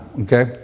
Okay